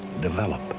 develop